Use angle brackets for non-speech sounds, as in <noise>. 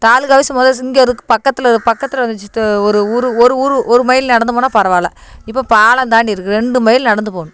taluka office மொதல் ஸ் இங்கேருக்கு பக்கத்தில் பக்கத்தில் <unintelligible> ட ஒரு ஊர் ஒரு ஊர் ஒரு மைல் நடந்து போனால் பரவாயில்ல இப்போ பாலம் தாண்டி இருக்குது ரெண்டு மைல் நடந்துப் போகணும்